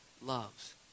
loves